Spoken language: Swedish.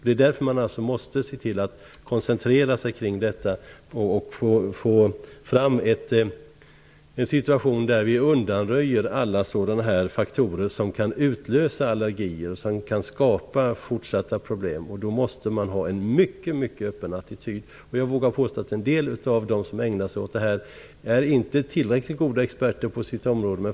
Det är därför man måste koncentrera sig kring detta och få fram en situation där vi undanröjer alla faktorer som kan utlösa allergier och som kan skapa fortsatta problem. Då måste man ha en mycket öppen attityd. Jag vågar påstå att en del av de som ägnar sig åt detta inte är tillräckligt goda experter på sitt område.